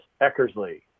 Eckersley